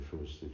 first